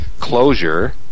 closure